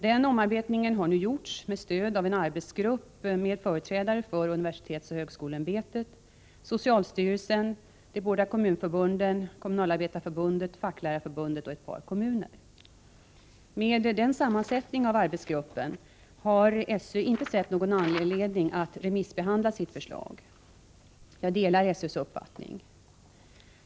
Den omarbetningen har nu gjorts med stöd av en arbetsgrupp med företrädare för universitetscoh högskoleämbetet, socialstyrelsen, de båda kommunförbunden, Kommunalarbetarförbundet, Facklärarförbundet och ett par kommuner. Med den sammansättningen 7 av arbetsgruppen har SÖ inte sett någon anledning att remissbehandla sitt förslag. Jag delar SÖ:s uppfattning.